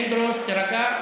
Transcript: פינדרוס, תירגע.